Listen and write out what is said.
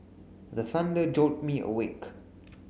the thunder jolt me awake